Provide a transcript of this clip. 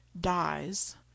dies